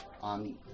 on